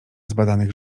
zbadanych